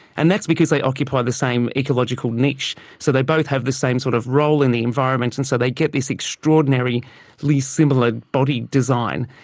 and that's because they occupy the same ecological niche, so they both have the same sort of role in the environment, and so they get this extraordinarily similar body design.